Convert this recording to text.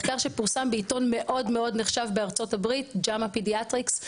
מחקר שפורסם בעיתון מאוד נחשב בארצות-הברית "ג'מה פדיאטריקס".